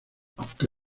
aunque